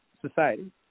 society